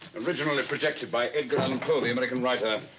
originally projected by edgar allen and poe, the american writer, that